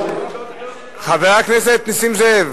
חבר הכנסת נסים זאב,